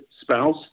spouse